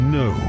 no